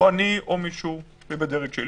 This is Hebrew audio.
או אני או מישהו בדרג שלי.